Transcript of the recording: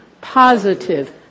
positive